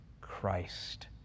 Christ